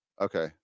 Okay